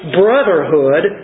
brotherhood